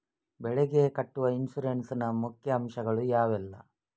ಬೆಳೆಗೆ ಕಟ್ಟುವ ಇನ್ಸೂರೆನ್ಸ್ ನ ಮುಖ್ಯ ಅಂಶ ಗಳು ಯಾವುದೆಲ್ಲ?